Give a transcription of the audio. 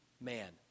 man